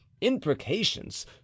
imprecations